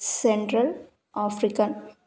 central African